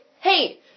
hey